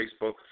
Facebook